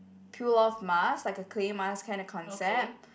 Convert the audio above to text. peel off mask like a clay mask kind of concept